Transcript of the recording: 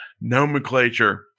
nomenclature